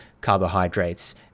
carbohydrates